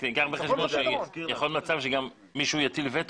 רק תיקח בחשבון שיכול לקרות מצב שמישהו יטיל וטו